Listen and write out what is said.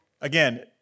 Again